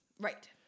Right